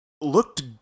looked